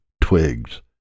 twigs